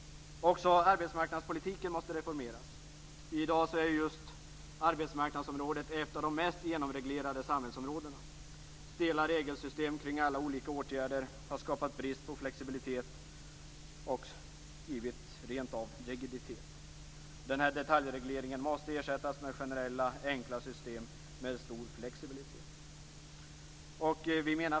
Också arbetsmarknadspolitiken måste reformeras. I dag är just arbetsmarknadsområdet ett av de mest genomreglerade samhällsområdena. Stela regelsystem kring alla olika åtgärder har skapat brist på flexibilitet och rent av gett rigiditet. Den här detaljregleringen måste ersättas med generella, enkla system med stor flexibilitet. Fru talman!